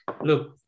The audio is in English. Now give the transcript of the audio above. look